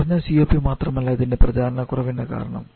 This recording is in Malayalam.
കുറഞ്ഞ COP മാത്രമല്ല ഇതിൻറെ പ്രചാരണകുറവിന് കാരണം